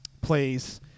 plays